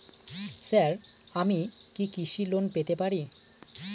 Sir আমি কি কৃষি লোন পেতে পারি?